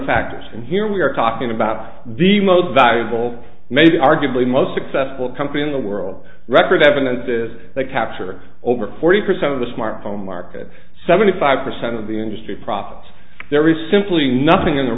factors and here we are talking about the most valuable maybe arguably the most successful company in the world record evidence is that capture over forty percent of the smartphone market seventy five percent of the industry profits there is simply nothing in the